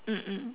mm mm